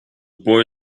boy